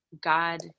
God